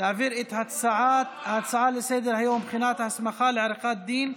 להעביר את ההצעה לסדר-היום: בחינת ההסמכה לעריכת דין,